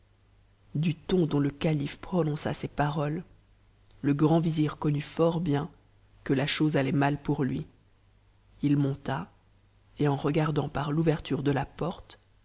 du ton dont le calife prononça ces paroles le grand vizir connut fort bien que la chose allait mal pour lui il monta et en regardant par l'ouverture de la porte